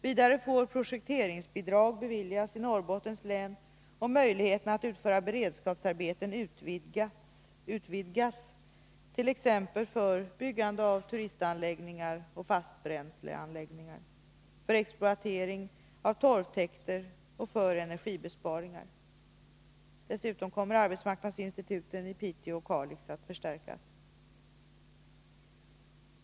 Vidare får projekteringsbidrag beviljas i Norrbottens län och möjligheterna att utföra beredskapsarbeten utvidgas, t.ex. för byggande av turistanläggningar och fastbränsleanläggningar, för exploatering av torvtäkter och för energibesparingar. Dessutom kommer arbetsmarknadsinstituten i Piteå och Kalix att förstärkas.